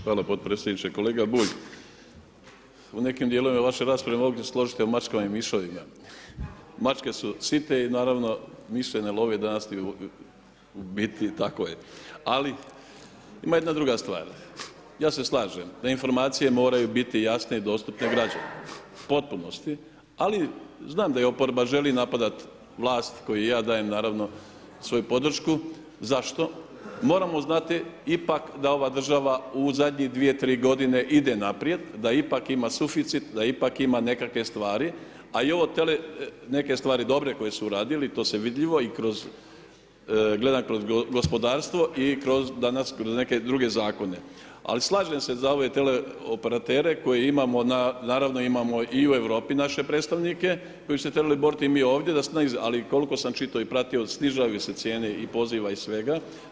Hvala podpredsjedniče, kolega Bulj u nekim dijelovima vaše rasprave mogli složiti o mačkama i miševima, mačke su site i naravno …/nerazumljivo/… tako je, ali ima jedna druga stvar, ja se slažem da informacije moraju biti jasne i dostupne građanima u potpunosti, ali znam da i oporba želi napadati vlast kojoj ja naravno svoju podršku, zašto, moramo znati ipak da ova država u zadnje 2-3 godine ide naprijed, da ipak ima suficit, da ipak ima nekake stvari, a i ovo tele, neke stvari dobre koje su uradili i to se vidljivo gledam kroz gospodarstvo i kroz danas kroz neke druge zakone, al slažem se za ove teleoperatere koje imamo, naravno imamo i u Europi naše predstavnike koji su se trebali borit i mi ovdje al koliko sam čitao i pratio snizavaju se cijene i poziva i svega.